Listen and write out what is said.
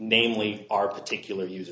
namely our particular use